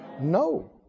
No